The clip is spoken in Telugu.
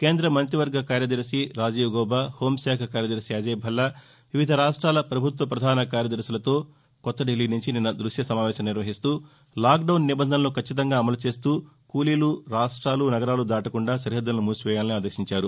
కేంద్ర మంత్రివర్గ కార్యదర్శి రాజీవ్ గౌబా హోంశాఖ కార్యదర్శి అజయ్ భల్లావివిధ రాష్ట్రాల పభుత్వ పధాన కార్యదర్శులతో కొత్త దిల్లీ నుంచి నిన్న దృశ్య సమావేశం నిర్వహిస్తూ లాక్డౌన్ నిబంధనలు కచ్చితంగా అమలు చేస్తూ కూలీలు రాష్టాలు నగరాలు దాటకుండా సరిహద్దులను మూసివేయాలని ఆదేశించారు